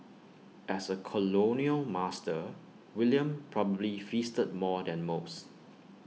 as A colonial master William probably feasted more than most